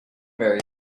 very